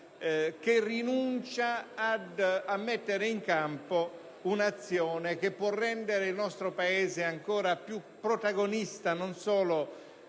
Si rinuncia a mettere in campo un'azione che non solo può rendere il nostro Paese ancora più protagonista sul